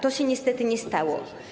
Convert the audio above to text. Tak się niestety nie stało.